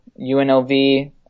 UNLV